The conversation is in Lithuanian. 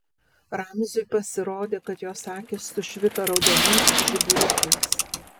ramziui pasirodė kad jos akys sušvito raudonais žiburiukais